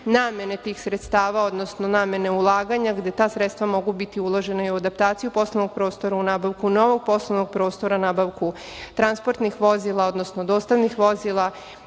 namene tih sredstava namene ulaganja gde ta sredstva mogu biti uložena i u adaptaciju poslovnog prostora, u nabavku novog poslovnog prostora, nabavku transportnih vozila, odnosno dostavnih vozila